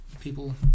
people